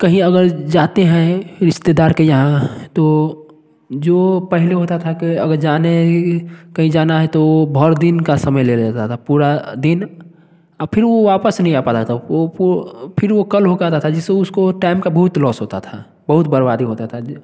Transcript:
कहीं अगर जाते हैं रिश्तेदार के यहाँ तो जो पहले होता था कि अगर जाने कहीं जाना है तो बहुत दिन का समय ले लेता था पूरा दिन और फिर वो वापस नहीं आ पाता था फिर वो कल होकर के आता था जिससे उसको टाइम का बहुत लॉस होता था बहुत बर्बादी होता था